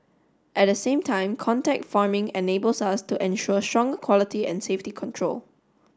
at the same time contact farming enables us to ensure stronger quality and safety control